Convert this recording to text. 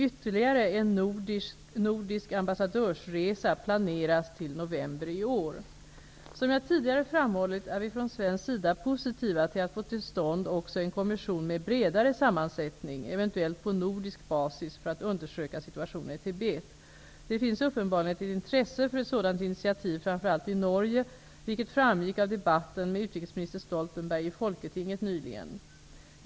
Ytterligare en nordisk ambassadörsresa planeras till november i år. Som jag tidigare framhållit är vi från svensk sida positiva till att få till stånd en kommission med en bredare sammansättning, eventuellt på nordisk basis, för att undersöka situationen i Tibet. Det finns uppenbarligen ett intresse för ett sådant initiativ, framför allt i Norge, vilket framgick av debatten med utrikesminister Stoltenberg i stortinget nyligen.